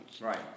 Right